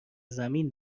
زمین